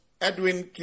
Edwin